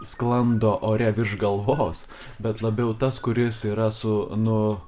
sklando ore virš galvos bet labiau tas kuris yra su nu